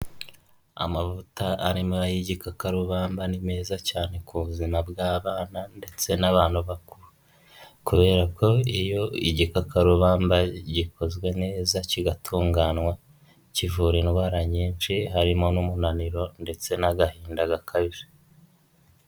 Amavuta arimo ay'igikakarubamba ni meza cyane ku buzima bw'abana ndetse n'abantu bakuru. Kubera ko iyo igikakarubamba gikozwe neza kigatunganywa, kivura indwara nyinshi harimo n'umunaniro ndetse n'agahinda gakabije.